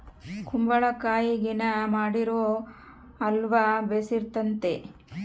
ಕುಂಬಳಕಾಯಗಿನ ಮಾಡಿರೊ ಅಲ್ವ ಬೆರ್ಸಿತತೆ